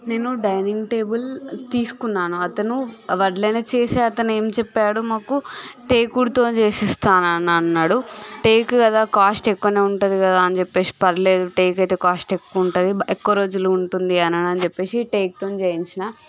నేను dining table తీసుకున్నాను అతను వడ్లన చేసే అతను ఏం చెప్పాడు మాకు టేక్వుడ్తో చేసి ఇస్తా అని అన్నాడు టేకు కదా కాస్ట్ ఎక్కువనే ఉంటుంది కదా అని చెప్పేసి పర్లేదు టేకు అయితే కాస్ట్ ఎక్కువ ఉంటుంది ఎక్కువ రోజులు ఉంటుంది అని చెప్పేసి టేకుతోని చేయించినాను